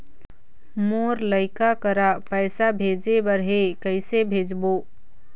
मोर लइका करा पैसा भेजें बर हे, कइसे भेजबो?